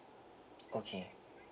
okay